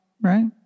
right